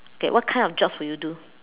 okay what kind of jobs would you do